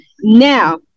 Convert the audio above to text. Now